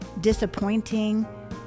disappointing